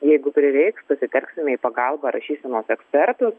jeigu prireiks pasitelksime į pagalbą rašysenos ekspertus